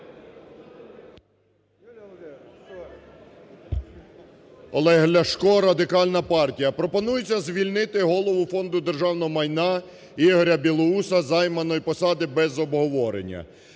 Олег Ляшко, Радикальна партія. Пропонується звільнити Голову Фонду державного майна Ігоря Білоуса з займаної посади без обговорення.